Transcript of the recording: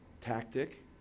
tactic